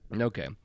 okay